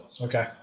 Okay